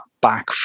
back